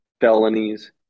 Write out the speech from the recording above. felonies